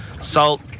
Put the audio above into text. salt